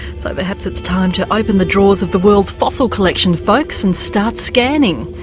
so perhaps it's time to open the drawers of the world's fossil collection, folks, and start scanning.